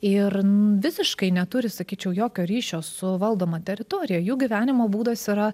ir visiškai neturi sakyčiau jokio ryšio su valdoma teritorija jų gyvenimo būdas yra